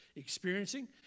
Experiencing